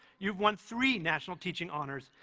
you have won three national teaching honors,